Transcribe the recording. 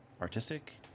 artistic